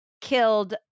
killed